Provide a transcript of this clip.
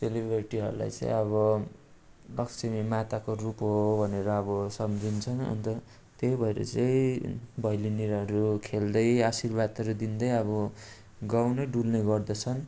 चेलीबेटीहरूलाई चाहिँ अब लक्ष्मी माताको रूप हो भनेर अब सम्झिन्छन् अन्त त्यही भएर चाहिँ भैलेनीहरू खेल्दै आशीर्वादहरू दिँदै अब गाउँ नै डुल्ने गर्दछन्